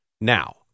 now